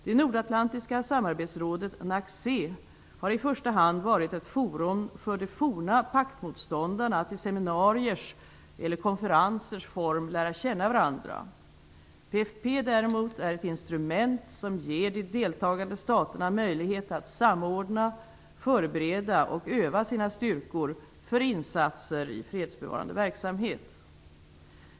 Det nordatlantiska samarbetsrådet NACC har i första hand varit ett forum för de forna paktmotståndarna att i seminariers eller konferensers form lära känna varandra. PFF är däremot ett instrument som ger de deltagande staterna möjlighet att samordna, förbereda och öva sina styrkor för insatser i fredsbevarande verksamhet.